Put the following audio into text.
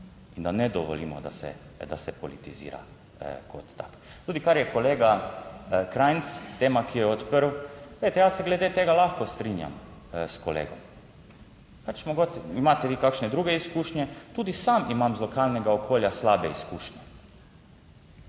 in da ne dovolimo, da se politizira kot tak. Tudi, kar je kolega Krajnc, tema, ki jo je odprl, glejte jaz se glede tega lahko strinjam s kolegom. Pač, mogoče imate vi kakšne druge izkušnje. Tudi sam imam iz lokalnega okolja slabe izkušnje,